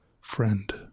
Friend